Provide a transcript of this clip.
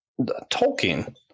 Tolkien